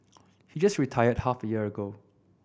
he just retired half a year ago